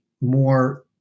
more